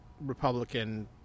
Republican